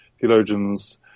theologians